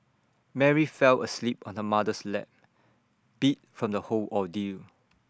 Mary fell asleep on her mother's lap beat from the whole ordeal